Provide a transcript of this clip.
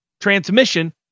transmission